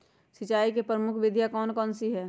सिंचाई की प्रमुख विधियां कौन कौन सी है?